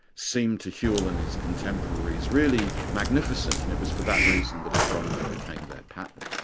seemed to whewell and his contemporaries really magnificent, and it was for that reason that astronomy became their pattern.